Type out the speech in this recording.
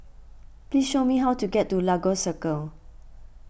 please show me how to get to Lagos Circle